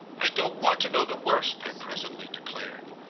i don't want to know the worst, i presently declared.